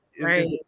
Right